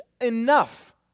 enough